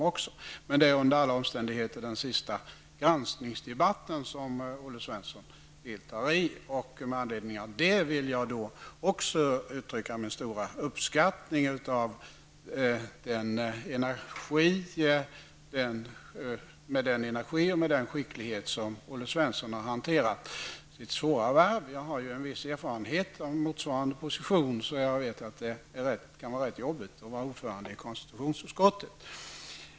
Men detta är under alla omständigheter den sista granskningsdebatt som Olle Svensson deltar i, och med anledning av det vill också jag uttrycka min stora uppskattning av den energi och den skicklighet som Olle Svenssonh har hanterat sitt svåra värv med. Jag har en viss erfarenhet av en motsvarande position, så jag vet att det kan vara rätt jobbigt att vara ordförande i konstitutionsutskottet.